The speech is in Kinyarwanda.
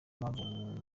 mpamvu